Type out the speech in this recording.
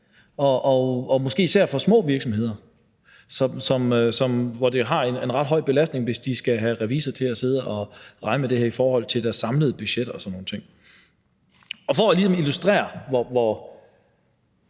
og måske især for små virksomheder, hvor det jo har en ret høj belastning, hvis de skal have en revisor til at sidde og regne med det her i forhold til deres samlede budget og sådan nogle ting. For ligesom at illustrere, hvor